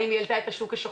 האם היא העלתה את השוק שחור?